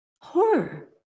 horror